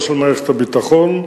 לא של מערכת הביטחון,